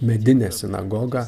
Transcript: medinę sinagogą